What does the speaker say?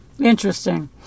interesting